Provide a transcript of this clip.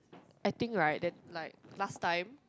I think right that like last time